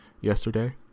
yesterday